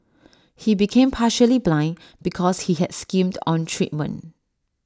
he became partially blind because he had skimmed on treatment